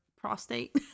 prostate